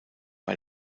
bei